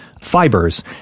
fibers